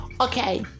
okay